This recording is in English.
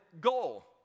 goal